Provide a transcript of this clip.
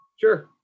Sure